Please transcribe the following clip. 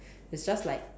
it's just like